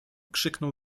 krzyknął